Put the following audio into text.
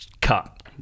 cut